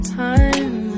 time